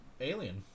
alien